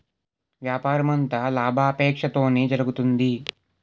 వ్యాపారమంతా లాభాపేక్షతోనే జరుగుతుంది